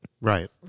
Right